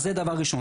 זה הדבר הראשון.